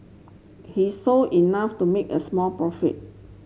he sold enough to make a small profit